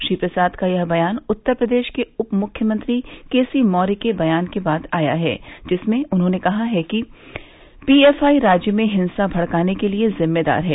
श्री प्रसाद का यह बयान उत्तर प्रदेश के उप मुख्यमंत्री केसी मौर्य के बयान के बाद आया है जिसमें उन्होंने कहा था कि पीएफआई राज्य में हिंसा भड़काने के लिए जिम्मेदार है